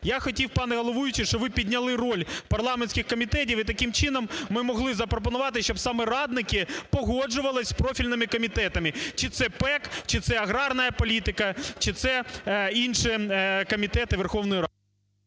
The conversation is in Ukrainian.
Я хотів, пане головуючий, щоб ви підняли роль парламентських комітетів, і таким чином ми могли запропонувати, щоб саме радники погоджувалися з профільними комітетами – чи це ПЕК, чи це аграрна політика, чи це інші комітети Верховної Ради.